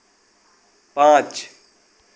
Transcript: पाँच